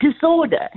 disorder